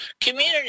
community